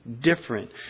Different